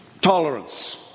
tolerance